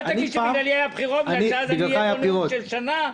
ואל תגיד שבגללי יהיו הבחירות בגלל שאז יהיה פה נאום של שנה.